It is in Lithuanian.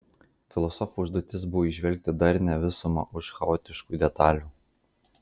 filosofo užduotis buvo įžvelgti darnią visumą už chaotiškų detalių